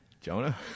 Jonah